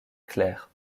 clair